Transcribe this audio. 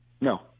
No